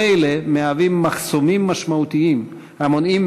כל אלה מהווים מחסומים משמעותיים המונעים